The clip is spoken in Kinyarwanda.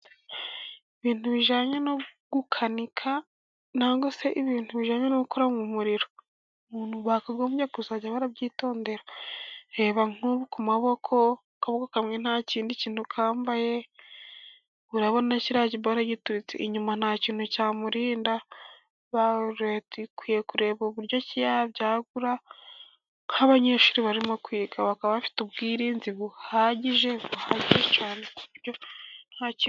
Ibintu bijyanye no gukanika cyangwa se ibintu bijyanye no gukora mu muriro. Abantu ba bakagombye kuzajya barabyitondera. Reba nku'ubu ku kaboko kamwe nta kindi kintu kambaye. urabona kiriya gibora giturutse inyuma nta kintu cyamurinda . Dukwiye kureba uburyo yabyagura nk'abanyeshuri barimo kwiga bakaba bafite ubwirinzi buhagije buhagije cyane ku buryo nta ...